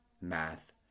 math